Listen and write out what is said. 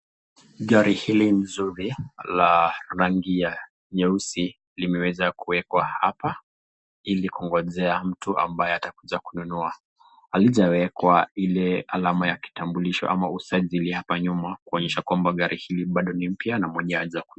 Gari hili nzuri la rangi ya nyeusi limeweza kuwekwa hapa, ili kungojea mtu ambaye atakuja kununua. Halijawekwa ile alama ya kitambulisho ama usajili hapa nyuma kuashiria kwamba gari hili bado ni mpya na mwenyewe hajakuja.